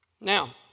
Now